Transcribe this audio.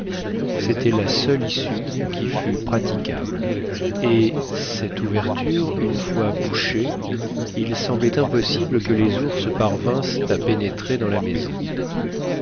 c'était la seule issue qui fût praticable et cette ouverture une fois bouchée il semblait impossible que les ours parvinssent à pénétrer dans la maison